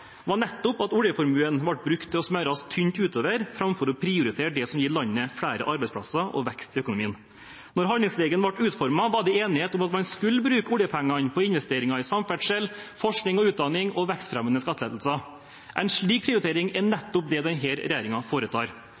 var nettopp at oljeformuen ble brukt til å smøres tynt utover framfor å prioritere det som gir landet flere arbeidsplasser og vekst i økonomien. Da handlingsregelen ble utformet, var det enighet om at man skulle bruke oljepengene på investeringer i samferdsel, forskning og utdanning og vekstfremmende skattelettelser. Det er nettopp en slik prioritering denne regjeringen foretar. Det er